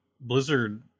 Blizzard